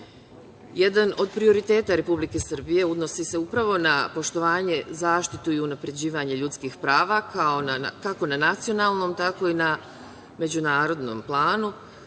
svetu. Jedan od prioriteta Republike Srbije odnosi se upravo na poštovanje, zaštitu i unapređivanje ljudskih prava, kako na nacionalnom, tako i na međunarodnom planu